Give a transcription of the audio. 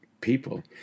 people